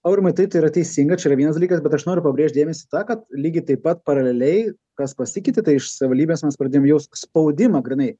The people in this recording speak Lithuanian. aurimai taip tai yra teisinga čia yra vienas dalykas bet aš noriu pabrėžt dėmesį tą kad lygiai taip pat paraleliai kas pasikeitė tai iš savivaldybės mes pradėjom jaust spaudimą grynai